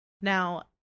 Now